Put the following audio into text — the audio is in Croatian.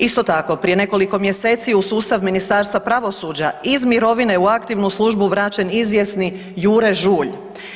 Isto tako, prije nekoliko mjesecu u sustav Ministarstva pravosuđa iz mirovine u aktivnu službu vraćen izvjesni Jure Žulj.